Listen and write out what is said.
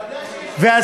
אתה יודע שיש בחירות.